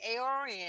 arn